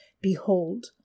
Behold